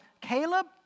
Caleb